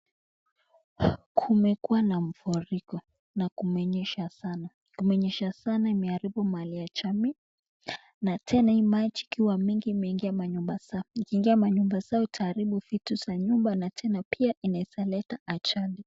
Kumekuwa na mafuriko na kumenyesha sana, kumenyesha sana kumeharibu mali ya jamii na tena hii maji ikiwa mingi imeingia manyumba zao, ikiingia manyumba zao itaharibu vitu za nyumba na tena pia inaweza leta ajali.